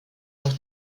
auch